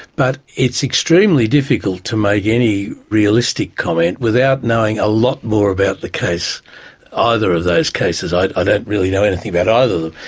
but it's extremely difficult to make any realistic comment without knowing a lot more about the case, ah either of those cases, i don't really know anything about ah either